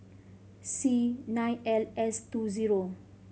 C nine L S two zero